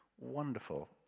wonderful